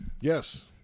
Yes